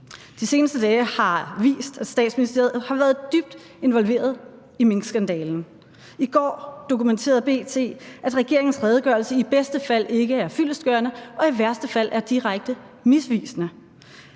De seneste dage har vist, at Statsministeriet har været dybt involveret i minkskandalen. I går dokumenterede B.T., at regeringens redegørelse i bedste fald ikke er fyldestgørende og i værste fald er direkte misvisende.